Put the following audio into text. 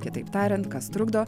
kitaip tariant kas trukdo